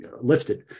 lifted